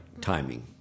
timing